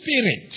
spirit